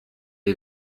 est